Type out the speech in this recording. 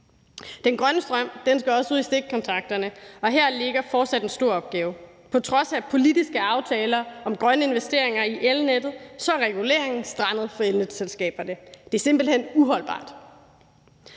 Den grønne strøm skal også ud i stikkontakterne, og her ligger fortsat en stor opgave. På trods af politiske aftaler om grønne investeringer i elnettet, er reguleringen strandet for elnetselskaberne, og det er simpelt hen uholdbart.